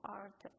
art